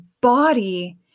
body